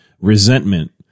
resentment